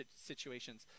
situations